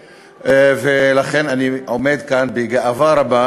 לכן אני עומד כאן בגאווה רבה